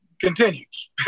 continues